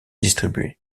distribuées